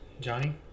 Johnny